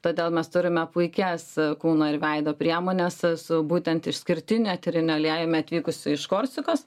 todėl mes turime puikias kūno ir veido priemones su būtent išskirtiniu eteriniu aliejumi atvykusiu iš korsikos